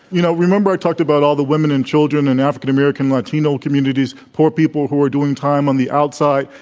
you know, remember i talked about all the women and children in african american, latino communities, poor people who are doing time on the outside.